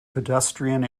pedestrian